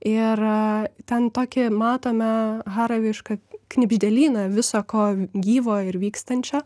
ir ten tokį matome haravišką knibždėlyną viso ko gyvo ir vykstančio